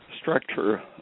structure